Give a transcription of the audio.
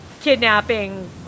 kidnapping